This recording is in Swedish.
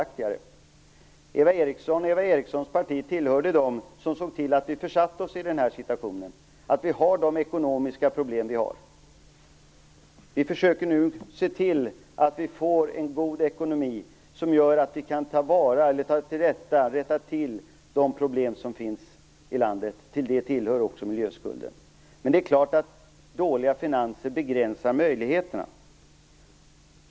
Eva Eriksson och hennes parti tillhör dem som såg till att vi försatte oss i den här situationen och att vi har de ekonomiska problem vi har. Vi försöker nu se till att vi får en god ekonomi som gör att vi kan rätta till de problem som finns i landet - dit hör också miljöskulden. Men det är klart att dåliga finanser begränsar möjligheterna.